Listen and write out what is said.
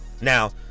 Now